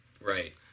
Right